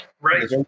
Right